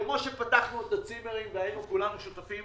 כמו שפתחנו את הצימרים והיינו כולנו שותפים